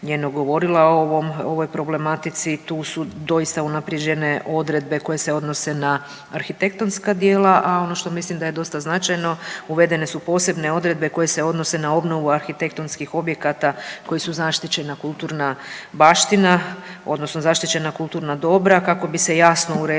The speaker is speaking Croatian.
njenog govorila o ovoj problematici. Tu su doista unaprijeđene odredbe koje se odnose na arhitektonska djela, a ono što mislim da je dosta značajno uvedene su posebne odredbe koje se odnose na obnovu arhitektonskih objekata koji su zaštićena kulturna baština, odnosno zaštićena kulturna dobra kako bi se jasno uredila